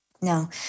No